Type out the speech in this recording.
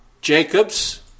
Jacob's